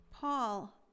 Paul